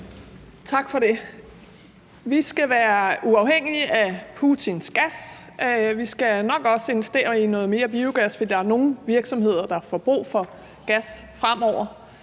Tak for det. Vi skal være uafhængige af Putins gas; vi skal nok også investere i noget mere biogas, for der er nogle virksomheder, der får brug for gas fremover,